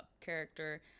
character